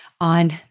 on